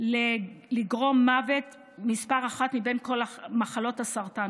לגורם מוות מספר אחת מבין כל מחלות הסרטן.